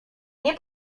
nie